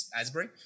Asbury